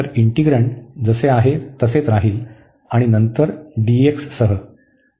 तर इंटिग्रन्ड जसे आहे तसेच राहील आणि नंतर dx सह